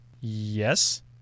Yes